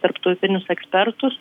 tarptautinius ekspertus